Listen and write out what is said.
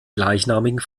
gleichnamigen